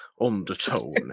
undertone